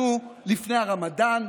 אנחנו לפני הרמדאן,